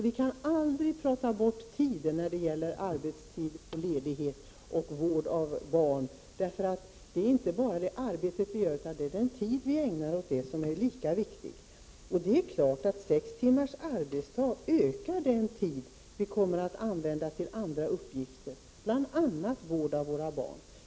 Vi kan aldrig utelämna tiden i resonemanget om arbetstid och ledighet och vård av barn. Det handlar inte bara om det arbete vi utför. Den tid vi ägnar åt detta är också viktig. Med sex timmars arbetsdag ökar naturligtvis den tid vi kommer att använda till andra uppgifter, bl.a. vård av våra barn.